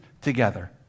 together